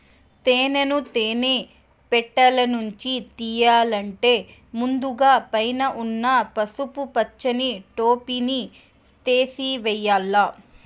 తేనెను తేనె పెట్టలనుంచి తియ్యల్లంటే ముందుగ పైన ఉన్న పసుపు పచ్చని టోపిని తేసివేయల్ల